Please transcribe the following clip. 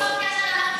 זה מה שאתה תשמע.